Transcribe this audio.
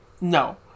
No